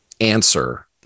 answer